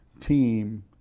team